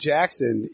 Jackson